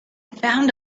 found